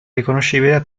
riconoscibile